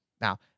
now